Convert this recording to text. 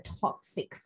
toxic